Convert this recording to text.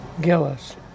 Gillis